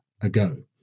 ago